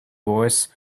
voice